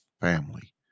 family